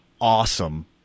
awesome